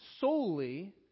solely